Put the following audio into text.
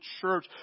church